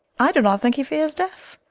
i doe not thinke he feares death